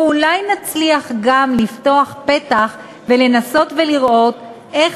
ואולי נצליח גם לפתוח פתח ולנסות ולראות איך